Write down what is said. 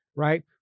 Right